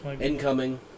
Incoming